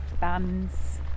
bands